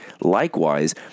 likewise